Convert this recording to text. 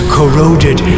Corroded